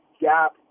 gap